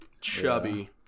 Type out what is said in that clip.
Chubby